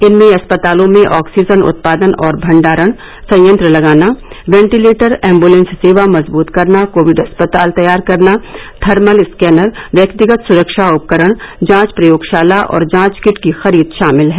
इनमें अस्पतालों में ऑक्सीजन उत्पादन और भंडारण संयंत्र लगाना वेंटिलेटर एम्बुलेंस सेवा मजबूत करना कोविड अस्पताल तैयार करना थर्मल स्कैनर व्यक्तिगत सुरक्षा उपकरण जांच प्रयोगशाला और जांच किट की खरीद शामिल है